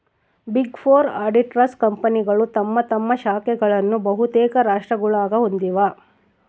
big four auditors ಕಂಪನಿಗಳು ತಮ್ಮ ತಮ್ಮ ಶಾಖೆಗಳನ್ನು ಬಹುತೇಕ ರಾಷ್ಟ್ರಗುಳಾಗ ಹೊಂದಿವ